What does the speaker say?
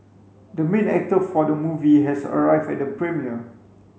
the main actor of the movie has arrived at the premiere